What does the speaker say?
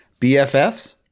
BFFs